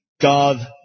God